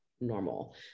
normal